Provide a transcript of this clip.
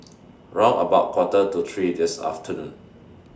round about Quarter to three This afternoon